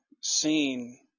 seen